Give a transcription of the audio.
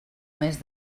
mes